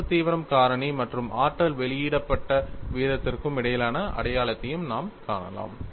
அழுத்த தீவிரம் காரணி மற்றும் ஆற்றல் வெளியிடப்பட்ட வீதத்திற்கும் இடையிலான அடையாளத்தையும் நாம் காணலாம்